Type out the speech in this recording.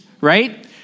right